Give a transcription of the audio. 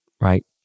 Right